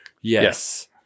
Yes